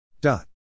dot